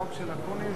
כבוד היושב-ראש,